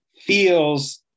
feels